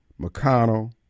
McConnell